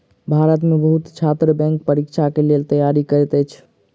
भारत में बहुत छात्र बैंक परीक्षा के लेल तैयारी करैत अछि